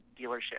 dealership